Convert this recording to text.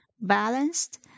balanced